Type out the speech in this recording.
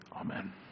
Amen